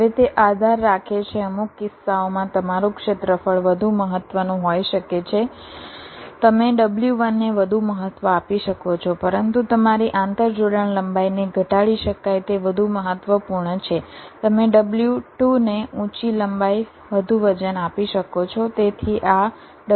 હવે તે આધાર રાખે છે અમુક કિસ્સાઓમાં તમારું ક્ષેત્રફળ વધુ મહત્ત્વપૂર્ણ હોય શકે છે તમે w1 ને વધુ મહત્ત્વ આપી શકો છો પરંતુ તમારી આંતરજોડાણ લંબાઈને ઘટાડી શકાય તે વધુ મહત્ત્વપૂર્ણ છે તમે w2 ને ઊંચી લંબાઈ વધુ વજન આપી શકો છો